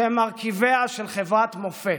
שהם מרכיביה של חברת מופת.